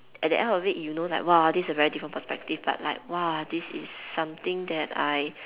at the end of it you know like !wah! this a very different perspective but like !wah! this is something that I